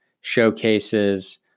showcases